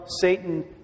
Satan